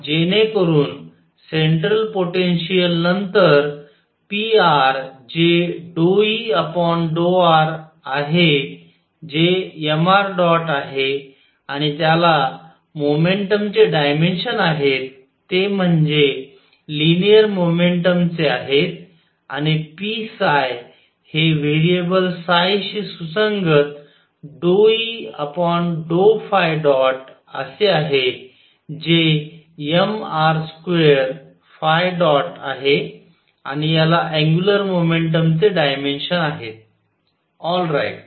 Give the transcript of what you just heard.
जेणेकरून central potential नंतर pr जे ∂E∂rआहे जे mr ̇ आहे आणि त्याला मोमेंटम चे डायमेन्शन आहेत ते म्हणजे लिनियर मोमेंटम चे आहेत आणि p हे व्हेरिएबल शी सुसंगत ∂E∂ϕ ̇ असे आहे जे mr2ϕ ̇ आहे आणि याला अँग्युलर मोमेंटम चे डायमेन्शन आहेत ऑल राईट